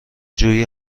جویی